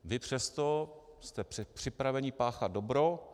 Vy přesto jste před připraveni páchat dobro.